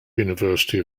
university